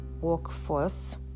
workforce